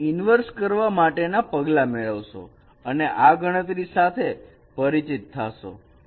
તમે ઈનવર્ષ કરવા માટેના પગલા મેળવશો અને આ ગણતરી સાથે પરિચિત થશો